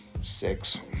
six